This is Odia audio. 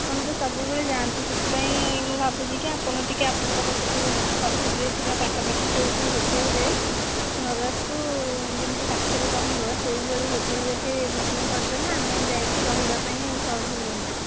ଆପଣ ତ ସବୁବେଳ ଯାଆନ୍ତି ସେଥିପାଇଁ ମୁଁ ଭାବୁଛି କି ଆପଣ ଟିକେ ଆପଣଙ୍କର ସେଠି କଟକରେ ଥିବା ପାଖାପାଖି କେଉଁଠି ହୋଟେଲରେ ନରାଜ ଠୁ ଯେମିତି ପାଖରେ ରହିବ ସେପରି ହୋଟେଲ ଗୋଟେ ବୁକିଙ୍ଗ କରିଦେଲେ ଆମେ ଯାଇକି ରହିବା ପାଇଁ ସହଜ ହୁଅନ୍ତା